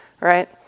right